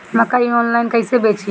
मकई आनलाइन कइसे बेची?